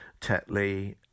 Tetley